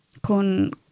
con